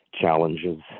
challenges